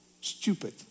Stupid